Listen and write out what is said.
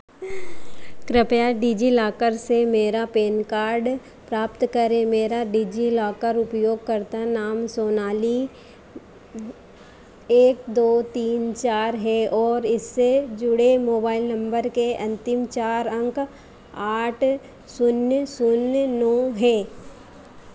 कृपया डिजिलॉकर से मेरा पेन कार्ड प्राप्त करें मेरा डिजिलॉकर उपयोगकर्ता नाम सोनाली एक दो तीन चार है और इससे जुड़े मोबाइल नंबर के अंतिम चार अंक आठ शून्य शून्य नौ है